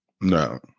no